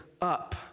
up